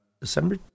December